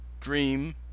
dream